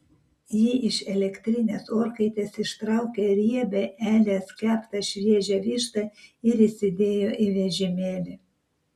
ji iš elektrinės orkaitės ištraukė riebią elės keptą šviežią vištą ir įsidėjo į vežimėlį